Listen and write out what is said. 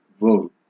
vote